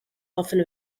often